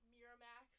Miramax